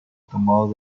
tomado